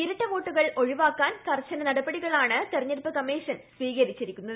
ഇരട്ട വോട്ടുകൾ ഒഴിവാക്കാൻ കർശന നടപടികളാണ് തെരഞ്ഞെടുപ്പ് കമ്മീഷൻ സ്വീകരിച്ചിരിക്കുന്നത്